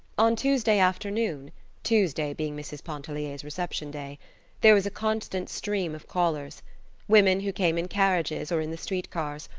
on tuesday afternoons tuesday being mrs. pontellier's reception day there was a constant stream of callers women who came in carriages or in the street cars,